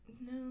No